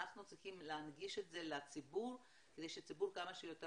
אנחנו צריכים להנגיש את זה לציבור כדי שהציבור כמה שיותר